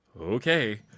Okay